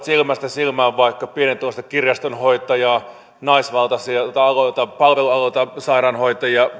silmästä silmään vaikka pienituloista kirjastonhoitajaa naisvaltaisilta aloilta palvelualoilta sairaanhoitajia